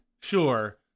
Sure